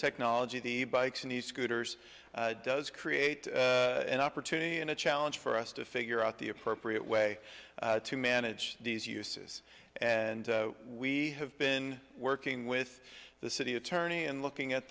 technology the bikes need scooters does create an opportunity and a challenge for us to figure out the appropriate way to manage these uses and we have been working with the city attorney and looking at